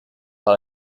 par